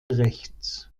rechts